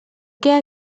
què